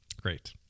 Great